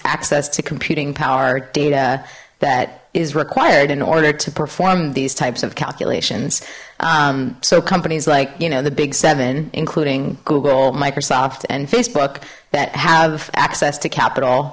access to computing power data that is required in order to perform these types of calculations so companies like you know the big seven including google microsoft and facebook that have access to capital